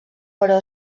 però